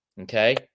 okay